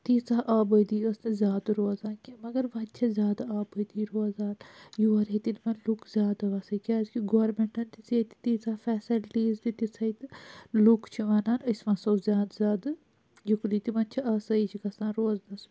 تیٖژاہ آبٲدی ٲس نہٕ زیادٕ روزان کیٚنٛہہ مَگَر وۄنی چھِ زیادٕ آبٲدی روزان یور ییٚتہِ ہیٚتِن وۅنۍ لوٗکھ زیادٕ وسٕنۍ کیٛازِ کہِ گورمِنٹَن دِژ ییٚتہِ تیٖژاہ فیسَلٹیٖز تہِ تِژھٕے لوٗکھ چھِ وَنان أسۍ وَسو زیادٕ زیادٕ یوٚکُنٕے تِمَن چھِ آسٲیِش گَژھان روزنَس منٛز